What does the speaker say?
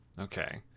okay